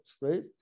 right